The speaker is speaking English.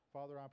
Father